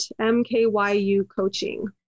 mkyucoaching